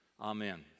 Amen